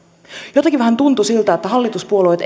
jotenkin vähän tuntui siltä että hallituspuolueet